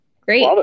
Great